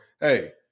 Hey